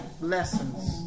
lessons